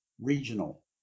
regional